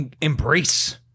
embrace